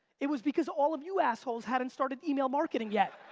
it was because all of you assholes hadn't started email marketing yet.